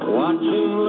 watching